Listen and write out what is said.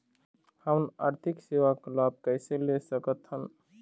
हमन आरथिक सेवा के लाभ कैसे ले सकथन?